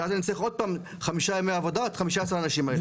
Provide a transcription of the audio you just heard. שאז אני אצטרך עוד פעם חמישה ימי עבודה ל-15 האנשים האלה.